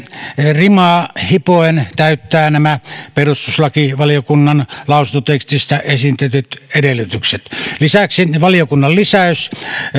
rimaa hipoen täyttää nämä perustuslakivaliokunnan lausuntotekstissä esitetyt edellytykset lisäksi valiokunnan lisäys